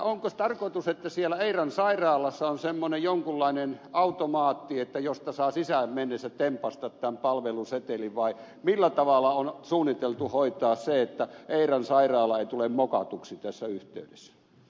onko tarkoitus että siellä eiran sairaalassa on semmoinen jonkinlainen automaatti josta saa sisään mennessään tempaista tämän palvelusetelin vai millä tavalla on suunniteltu hoitaa se että eiran sairaala ei tule mokatuksi tässä yhteydessä